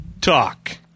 talk